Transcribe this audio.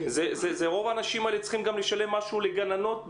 רוב האנשים האלה צריכים לשלם גם משהו לגננות,